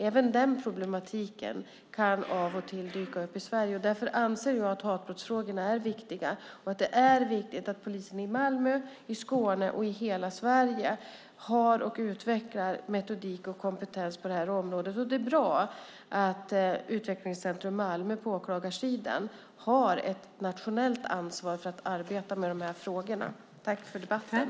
Även den problematiken kan av och till dyka upp i Sverige, och därför anser jag att hatbrottsfrågorna är viktiga och att det är viktigt att polisen i Malmö, Skåne och hela Sverige har och utvecklar metodik och kompetens på detta område. Det är bra att Utvecklingscentrum Malmö på åklagarsidan har ett nationellt ansvar för att arbeta med dessa frågor. Tack för debatten!